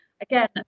again